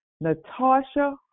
Natasha